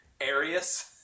Arius